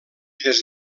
des